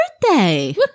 birthday